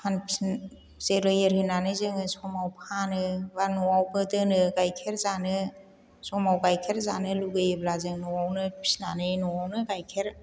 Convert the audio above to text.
फानफिनो जेरै एरहोनानै जोङो समाव फानो एबा न'आवबो दोनो गाइखेर जानो समाव गाइखेर जानो लुबैयोब्ला जों न'आवनो फिसिनानै न'आवनो गाइखेर